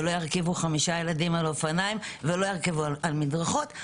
לא ירכיבו 5 ילדים על אופניים ולא ירכבו על מדרכות.